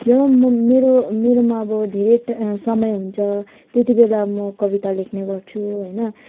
जब म मेरो मेरोमा अब धेरै ट समय हुन्छ त्यतिबेला म कविता लेख्ने गर्छु होइन